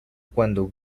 cuando